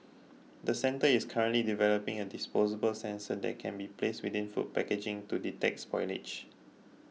the centre is currently developing a disposable sensor that can be placed within food packaging to detect spoilage